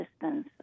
distance